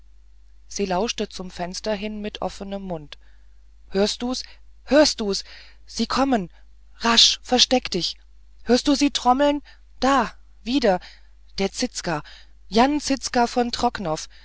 sie lauschte zum fenster hin mit offenem mund hörst du's hörst du's sie kommen rasch versteck dich hörst du sie trommeln da wieder der zizka jan zizka von trocnov